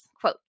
quote